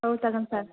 औ जागोन सार